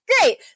great